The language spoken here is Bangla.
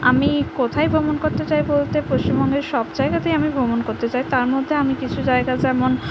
আমি কোথায় ভ্রমণ করতে চাই বলতে পশ্চিমবঙ্গের সব জায়গাতেই আমি ভ্রমণ করতে চাই তার মধ্যে আমি কিছু জায়গা যেমন